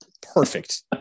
perfect